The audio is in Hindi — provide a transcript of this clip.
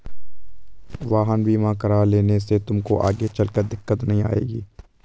वाहन बीमा करा लेने से तुमको आगे चलकर दिक्कत नहीं आएगी